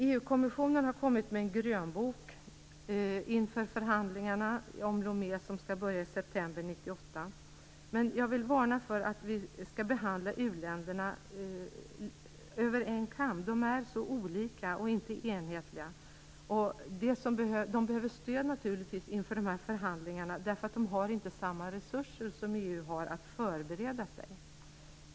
EU-kommissionen har kommit med en grönbok inför förhandlingarna om Lomé som skall börja i september 1998. Jag vill dock varna för att dra uländerna över en kam. De är så olika. De är inte enhetliga. De behöver naturligtvis stöd inför de här förhandlingarna, för de har inte samma resurser som EU för att förbereda sig.